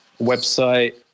website